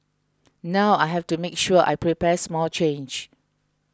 now I have to make sure I prepare small change